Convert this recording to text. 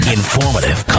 informative